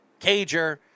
Cager